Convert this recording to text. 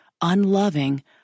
unloving